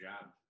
job